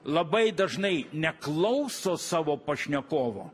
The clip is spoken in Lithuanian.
labai dažnai neklauso savo pašnekovo